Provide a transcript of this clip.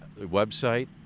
Website